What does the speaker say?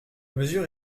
mesure